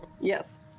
Yes